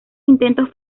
intentos